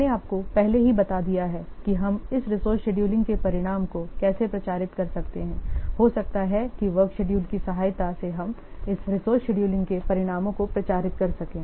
मैंने आपको पहले ही बता दिया है कि हम इस रिसोर्से शेड्यूलिंग के परिणाम को कैसे प्रचारित कर सकते हैं हो सकता है कि वर्क शेड्यूल की सहायता से हम इस रिसोर्से शेड्यूलिंग के परिणामों को प्रचारित कर सकें